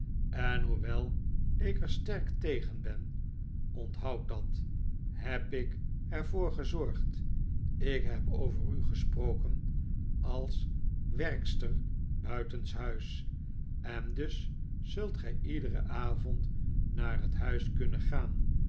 en hoewel ik er sterk tegen ben onthoud dat heb ik er voor gezorgd ik heb over u gesproken als werkster buitenshuis en dus zult gij iederen avond naar het huis kunnen gaan